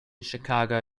chicago